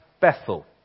Bethel